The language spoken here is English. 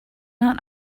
not